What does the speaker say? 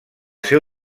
seu